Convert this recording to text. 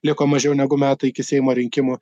liko mažiau negu metai iki seimo rinkimų